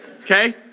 Okay